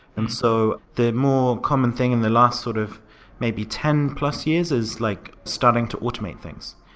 and so the more common thing in the last sort of maybe ten plus years is like starting to automate things.